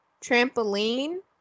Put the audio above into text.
Trampoline